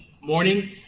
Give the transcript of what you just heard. morning